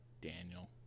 Daniel